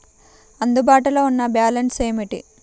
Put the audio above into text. అందుబాటులో ఉన్న బ్యాలన్స్ ఏమిటీ?